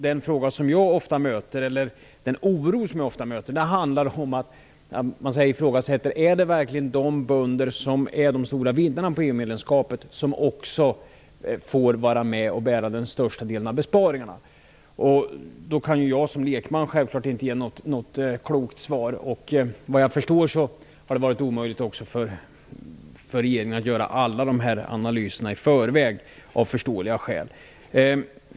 Den oro som jag ofta möter handlar i stället om ifall det verkligen är de bönder som är de stora vinnarna på EU medlemskapet som också får vara med och bära den största delen av besparingarna. Jag kan, som lekman, självklart inte ge något klokt svar. Vad jag förstår har det varit omöjligt för regeringen att göra alla dessa analyser i förväg, av förståeliga skäl.